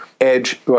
Edge